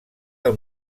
del